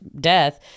death